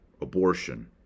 abortion